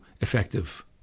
effective